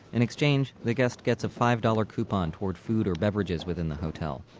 in exchange, the guest gets a five dollars coupon toward food or beverages within the hotel,